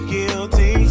Guilty